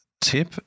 tip